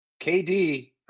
KD